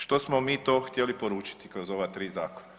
Što smo mi to htjeli poručiti kroz ova 3 zakona?